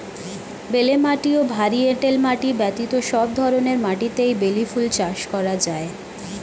বেলে মাটি ও ভারী এঁটেল মাটি ব্যতীত সব ধরনের মাটিতেই বেলি ফুল চাষ করা যায়